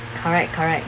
correct correct